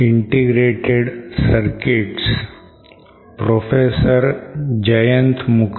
नमस्कार